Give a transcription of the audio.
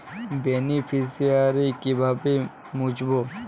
Beneficiary কিভাবে মুছব?